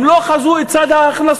הם לא חזו את צד ההכנסות.